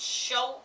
show